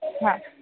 हां